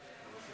וואי,